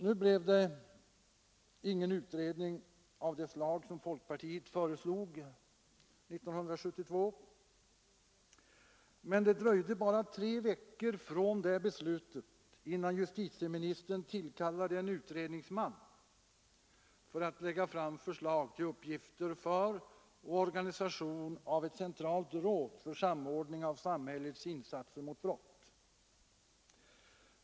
Det blev ingen utredning av det slag som folkpartiet föreslog 1972; riksdagsmajoriteten avslog vårt förslag. Men det dröjde bara tre veckor från det beslutet till dess att justitieministern tillkallade en utredningsman för att lägga fram förslag till uppgifter för och organisation av ett centralt råd för samordning av samhällets insatser mot brott.